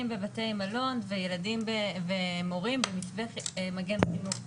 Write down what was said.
בבתי מלון ומורים במסגרת מגן חינוך.